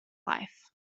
life